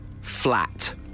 flat